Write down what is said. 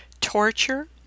torture